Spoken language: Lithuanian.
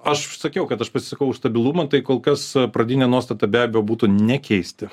aš sakiau kad aš pasisakau už stabilumą tai kol kas pradinė nuostata be abejo būtų nekeisti